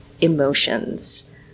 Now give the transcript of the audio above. emotions